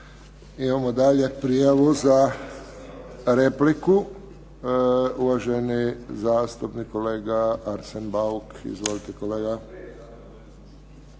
Imamo dalje prijavu za repliku. Uvaženi zastupnik kolega Arsen Bauk. Izvolite, kolega.